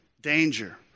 danger